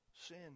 sin